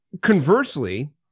Conversely